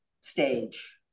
stage